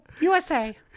USA